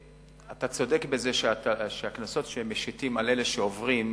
אתה צודק בזה שהקנסות שמשיתים על אלה שעוברים לפעמים,